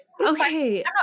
Okay